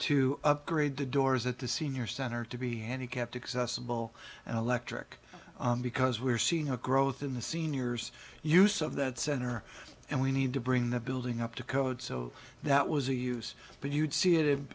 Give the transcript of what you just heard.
to upgrade the doors at the senior center to be handicapped accessible and electric because we're seeing a growth in the seniors use of that center and we need to bring the building up to code so that was a use but you'd see it